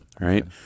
right